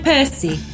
Percy